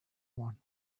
one